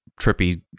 trippy